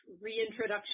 reintroduction